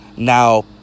Now